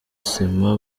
sima